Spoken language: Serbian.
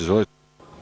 Izvolite.